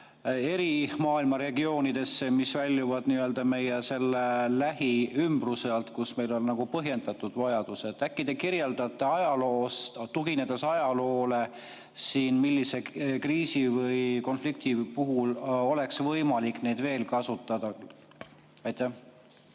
maailma eri regioonidesse, mis väljuvad meie n-ö lähiümbruse alt, kus meil on põhjendatud vajadus –, aga äkki te kirjeldate, tuginedes ajaloole, millise kriisi või konflikti puhul oleks võimalik seda veel kasutada. Aitäh,